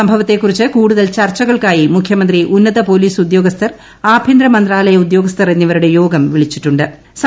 സംഭവത്തെ കുറിച്ച് കൂടുതൽ ചർച്ചകൾക്കായി മുഖ്യമന്ത്രി ഉന്നത പോലീസ് ഉദ്യോഗ്സ്ഥർ ആഭ്യന്തര മന്ത്രാലയ ഉദ്യോഗസ്ഥർ എന്നിവരുടെ യോഗ്ര് പ്പിളിച്ചിട്ടു ്